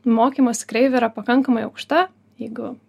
mokymosi kreivė yra pakankamai aukšta jeigu